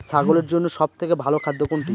ছাগলের জন্য সব থেকে ভালো খাদ্য কোনটি?